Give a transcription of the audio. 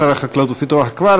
שר החקלאות ופיתוח הכפר.